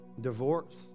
divorce